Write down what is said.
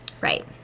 Right